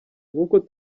nk’uko